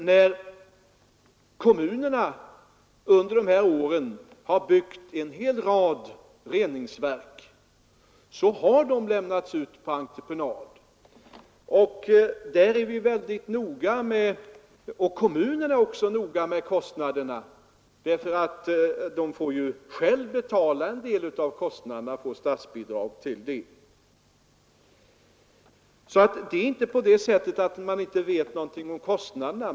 När kommunerna under de här åren byggt en hel rad reningsverk har man lämnat ut de uppdragen på entreprenad. Vi har där varit väldigt noga med kostnaderna och det har även kommunerna varit, eftersom de själva får betala en del av kostnaderna. Det är inte heller så att man inte vet någonting om kostnaderna.